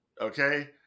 Okay